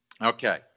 Okay